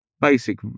basic